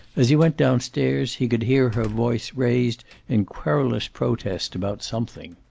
as he went down-stairs he could hear her voice raised in querulous protest about something.